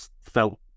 felt